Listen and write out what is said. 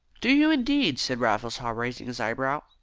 do you, indeed? said raffles haw, raising his eyebrows.